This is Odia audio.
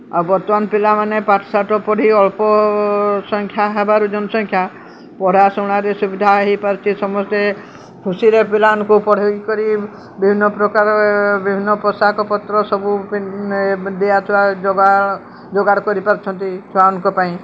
ଆଉ ବର୍ତ୍ତମାନ ପିଲାମାନେ ପାଠଶାଠ ପଢ଼ି ଅଳ୍ପ ସଂଖ୍ୟା ହେବାରୁ ଜନ ସଂଖ୍ୟା ପଢ଼ା ଶୁଣାରେ ସୁବିଧା ହେଇପାରୁଚି ସମସ୍ତେ ଖୁସିରେ ପିଲାମାନଙ୍କୁ ପଢ଼େଇକରି ବିଭିନ୍ନପ୍ରକାର ବିଭିନ୍ନ ପୋଷାକ ପତ୍ର ସବୁ ଦିଆ ଥୁଆ ଯୋଗାଡ଼ କରିପାରୁଛନ୍ତି ଛୁଆମାନଙ୍କ ପାଇଁ